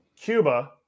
Cuba